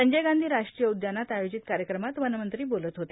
संजय गांधी राष्ट्रीय उद्यानात आयोजित कार्यक्रमात वनमंत्री बोलत होते